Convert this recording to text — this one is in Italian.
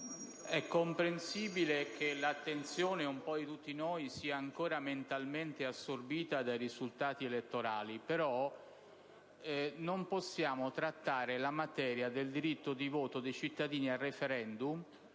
è comprensibile che l'attenzione di tutti noi sia ancora mentalmente assorbita dai risultati elettorali, però non possiamo trattare un provvedimento in materia di diritto di voto dei cittadini al *referendum*